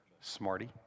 Smarty